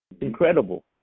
Incredible